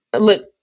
look